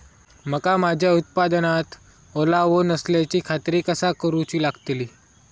मका माझ्या उत्पादनात ओलावो नसल्याची खात्री कसा करुची लागतली?